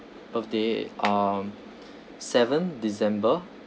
birthday um seven december